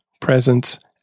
Presence